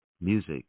music